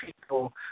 people